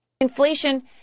Inflation